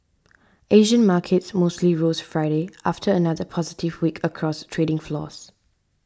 Asian markets mostly rose Friday after another positive week across trading floors